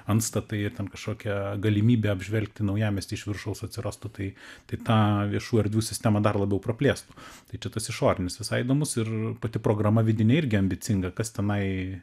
antstatai ten kažkokie galimybė apžvelgti naujamiestį iš viršaus atsirastų tai tai tą viešų erdvių sistemą dar labiau praplėstų tai čia tas išorinis visai įdomus ir pati programa vidinė irgi ambicinga kas tenai